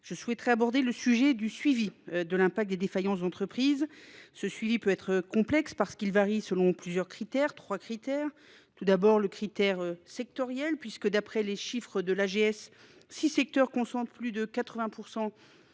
Je souhaiterais aborder le sujet du suivi de l'impact des défaillances d'entreprises. Ce suivi peut être complexe parce qu'il varie selon plusieurs critères, trois critères. Tout d'abord le critère sectoriel puisque, d'après les chiffres de l'AGS, 6 secteurs concentrent plus de 80%